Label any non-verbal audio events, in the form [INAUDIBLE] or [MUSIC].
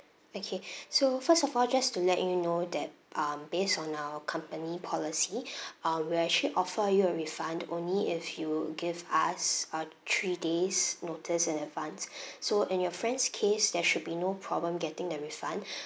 okay [BREATH] so first of all just to let you know that um based on our company policy [BREATH] uh we'll actually offer you a refund only if you give us uh three days' notice in advance [BREATH] so in your friend's case there should be no problem getting the refund [BREATH]